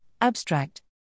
Abstract